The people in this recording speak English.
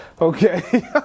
Okay